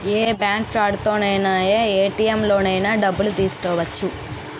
ఏ bank కార్డుతోనైన ఏ ATM లోనైన డబ్బులు తీసుకోవచ్చు